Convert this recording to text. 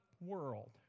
world